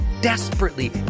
desperately